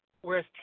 whereas